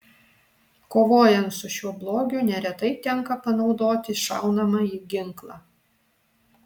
kovojant su šiuo blogiu neretai tenka panaudoti šaunamąjį ginklą